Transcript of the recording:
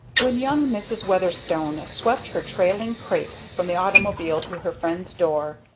when young mrs. weatherstone swept her trailing crepe from the automobile to her friend's door,